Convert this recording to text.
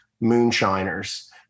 moonshiners